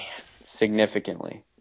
Significantly